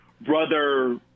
brother